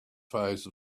phase